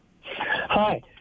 Hi